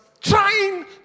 trying